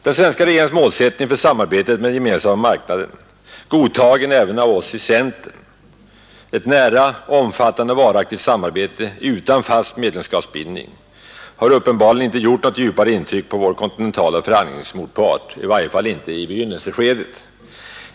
Den svenska regeringens målsättning för samarbetet med Gemensamma marknaden, godtagen även av oss i centern — ett nära, omfattande och varaktigt samarbete utan fast medlemskapsbindning — har uppenbarligen inte gjort något djupare intryck på vår kontinentala förhandlingsmotpart, i varje fall inte i begynnelseskedet.